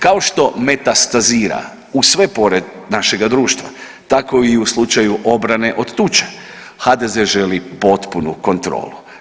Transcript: Kao što metastazira u sve pore našega društva, tako i u slučaju obrane od tuče, HDZ želi potpunu kontrolu.